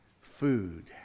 food